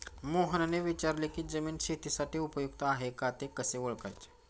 मोहनने विचारले की जमीन शेतीसाठी उपयुक्त आहे का ते कसे ओळखायचे?